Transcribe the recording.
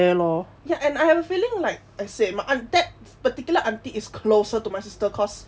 ya and I have a feeling like I said my aunt that particular aunty is closer to my sister cause